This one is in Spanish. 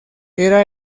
era